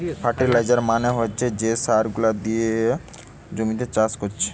fertiliser মানে হচ্ছে যে সার গুলা দিয়ে জমিতে চাষ কোরছে